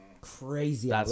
crazy